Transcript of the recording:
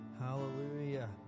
Hallelujah